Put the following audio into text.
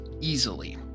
easily